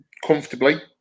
comfortably